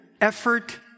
effort